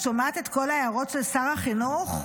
את שומעת את כל ההערות של שר החינוך?